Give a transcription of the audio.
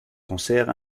concert